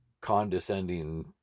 condescending